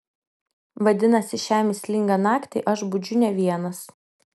vadinasi šią mįslingą naktį aš budžiu ne vienas